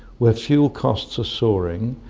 where fuel costs are soaring,